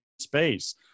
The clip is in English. space